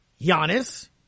Giannis